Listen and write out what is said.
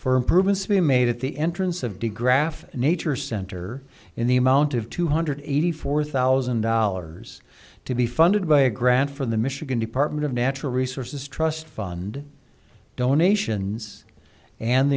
for improvements to be made at the entrance of digraph nature center in the amount of two hundred eighty four thousand dollars to be funded by a grant from the michigan department of natural resources trust fund donations and